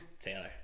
Taylor